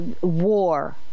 war